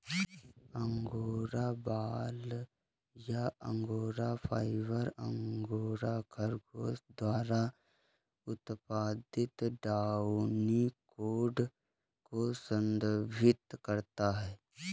angora बाल या angora fiber, angora खरगोश द्वारा उत्पादित डाउनी कोट को संदर्भित करता है